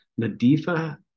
Nadifa